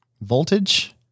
voltage